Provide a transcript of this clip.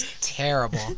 terrible